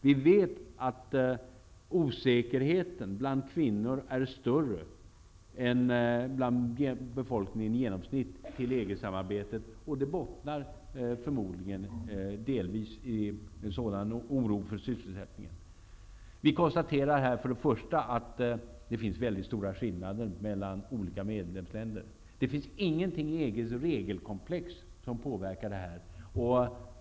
Vi vet att osäkerheten bland kvinnorna när det gäller EG samarbetet är större än hos befolkningen i övrigt. Det bottnar förmodligen delvis i en oro för sysselsättningen. Vi kan konstatera att det finns mycket stora skillnader mellan olika medlemsländer. Det finns ingenting i EG:s regelkomplex som påverkar denna fråga.